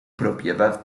propiedad